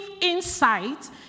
insight